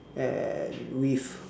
and with